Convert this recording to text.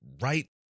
right